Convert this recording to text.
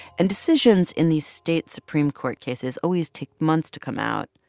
and decisions in these state supreme court cases always take months to come out.